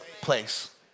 place